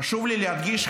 חשוב לי להדגיש,